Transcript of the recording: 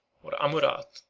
or amurath,